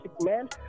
man